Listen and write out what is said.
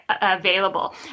available